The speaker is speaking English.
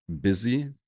busy